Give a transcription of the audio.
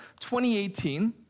2018